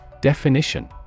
Definition